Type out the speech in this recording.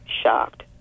shocked